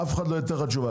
אף אחד לא ייתן לך תשובה.